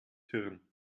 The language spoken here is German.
hirn